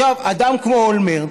אדם כמו אולמרט,